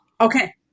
okay